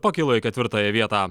pakilo į ketvirtąją vietą